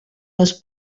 les